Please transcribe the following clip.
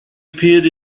appeared